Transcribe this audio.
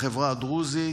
בחברה הדרוזית.